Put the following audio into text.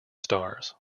stars